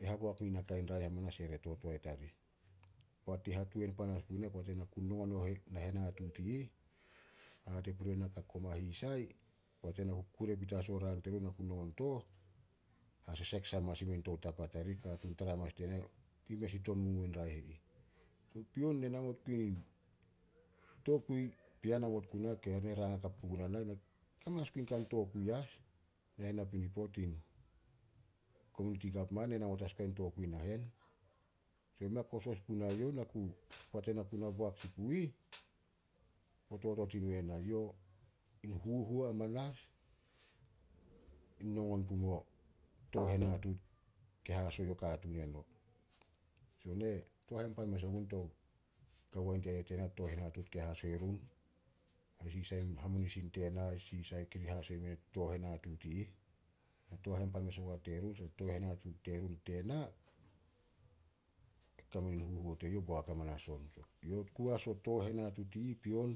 e haboak nin nakai raeh amanas ere to toae tarih. Poat i hatuan panas puna, poat ena ku nongon na henatuut i ih, hate purun ena, koma hisai, poat ena ku kure petas o rang terun, na ku nongon tooh, hasesek sai hamanas i mein tou tapa tarih. Katuun tara hamanas die na, yi mes in tsonmomuo in raeh e ih. Pion ne namot gun i, tokui pea namot guna, rang hakap puguna na. Kame as gun kan tokui as nahen napinipo, tin kominiti govman, ne namot as guai tokui nahen. Mea kosos puna e youh o totot i nu ena, in huhuo hamanas, i nongon tooh henatut ke haso yo katuun eno. Tooh hainpan mes ogun to kawo ain tete tena tooh henatuut kei haso i run, ai sisai, hamunisin tena, sisai kari haso imeh tooh henatuut i ih, tooh hainpan mes ogun terun. Tooh henatuut terun tena, e kame nin huhuo teyouh boak hamanas on. Youh oku as o tooh henatuut i ih pion,